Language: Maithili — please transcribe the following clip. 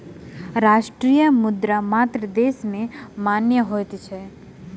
राष्ट्रीय मुद्रा मात्र देश में मान्य होइत अछि